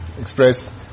express